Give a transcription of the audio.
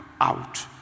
out